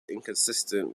inconsistent